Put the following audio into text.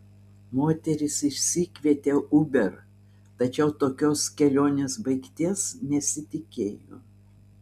moteris išsikvietė uber tačiau tokios kelionės baigties nesitikėjo